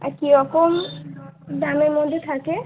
আর কীরকম দামের মধ্যে থাকে